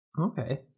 Okay